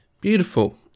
Beautiful